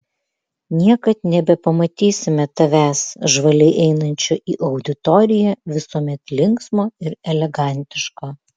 niekad nebepamatysime tavęs žvaliai einančio į auditoriją visuomet linksmo ir elegantiško